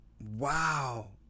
wow